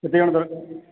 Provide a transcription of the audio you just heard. କେତେ ଜଣ ଦରକାର